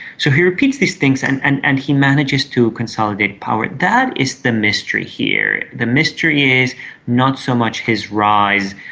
so he repeats these things and and and he manages to consolidate power. that is the mystery here. the mystery is not so much his rise,